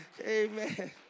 Amen